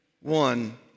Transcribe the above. one